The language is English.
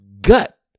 gut